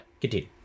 continue